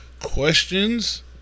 questions